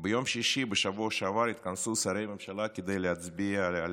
ביום שישי בשבוע שעבר התכנסו שרי הממשלה כדי להצביע על